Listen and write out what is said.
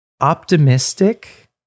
optimistic